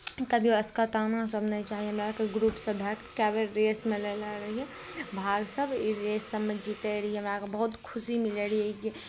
कभिओ अस्कताना सभ नहि चाही हमरा आरके ग्रुप सभक कए बेर रेसमे लेले रहियै भाग सभ ई रेस सभमे जीतै रहियै हमरा आरकेँ बहुत खुशी मिलैत रहै ई